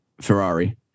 Ferrari